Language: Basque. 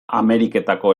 ameriketako